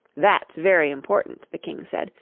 that's very important the king said,